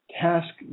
task